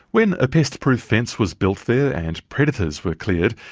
when a pest-proof fence was built there and predators were cleared,